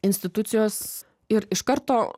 institucijos ir iš karto